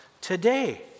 today